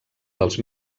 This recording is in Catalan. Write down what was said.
dels